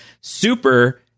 super